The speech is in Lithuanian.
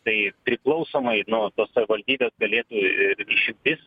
tai priklausomai nuo tos savivaldybė galėtų ir išvis